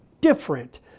different